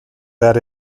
that